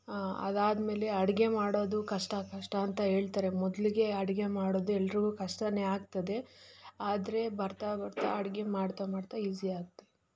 ಅದಾದ್ಮೇಲೆ ಅಡಿಗೆ ಮಾಡೋದು ಕಷ್ಟ ಕಷ್ಟ ಅಂತ ಹೇಳ್ತಾರೆ ಮೊದಲಿಗೆ ಅಡುಗೆ ಮಾಡೋದು ಎಲ್ಲರಿಗೂ ಕಷ್ಟನೇ ಆಗ್ತದೆ ಆದರೆ ಬರ್ತಾ ಬರ್ತಾ ಅಡುಗೆ ಮಾಡ್ತಾ ಮಾಡ್ತಾ ಈಸಿ ಆಗ್ತದೆ